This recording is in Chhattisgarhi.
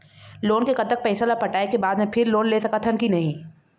लोन के कतक पैसा ला पटाए के बाद मैं फिर लोन ले सकथन कि नहीं?